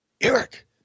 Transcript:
Eric